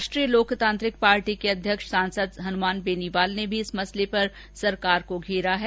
राष्ट्रीय लोकतांत्रिक पार्टी के अध्यक्ष सांसद हनुमान बेनीवाल ने भी इस मसले पर सरकार को घेरा है